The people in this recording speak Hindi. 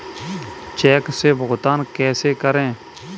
चेक से भुगतान कैसे करें?